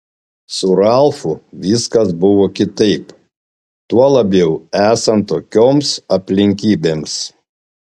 su ralfu viskas buvo kitaip tuo labiau esant tokioms aplinkybėms